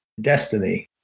destiny